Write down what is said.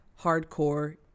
Hardcore